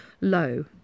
low